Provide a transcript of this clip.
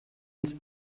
ins